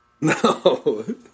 No